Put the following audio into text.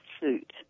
suit